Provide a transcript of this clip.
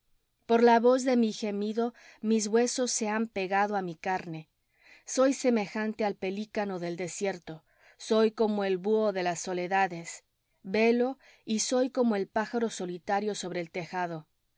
por la voz de mi gemido mis huesos se han pegado á mi carne soy semejante al pelícano del desierto soy como el buho de las soledades velo y soy como el pájaro solitario sobre el tejado